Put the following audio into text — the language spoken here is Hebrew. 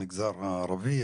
המגזר הערבי,